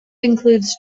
includes